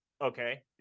Okay